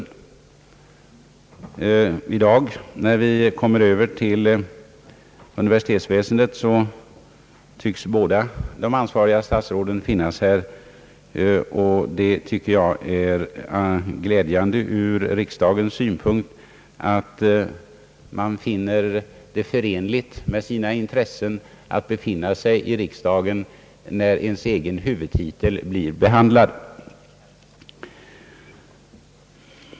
När kammaren i dag skall behandla universitetsväsendet tycks båda de ansvariga statsråden vara här. Jag tycker det är glädjande ur riksdagens synpunkt, att man anser det förenligt med sina intressen att befinna sig i riksdagen när ens egen huvudtitel blir behandlad.